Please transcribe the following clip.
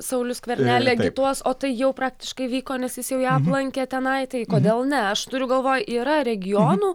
saulių skvernelį agituos o tai jau praktiškai vyko nes jis jau ją lankė tenai tai kodėl ne aš turiu galvoj yra regionų